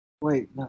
Wait